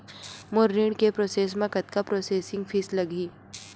मोर ऋण के प्रोसेस म कतका प्रोसेसिंग फीस लगही?